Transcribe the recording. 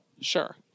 Sure